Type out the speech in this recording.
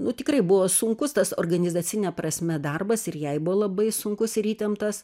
nu tikrai buvo sunkus tas organizacine prasme darbas ir jai buvo labai sunkus ir įtemptas